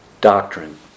Doctrine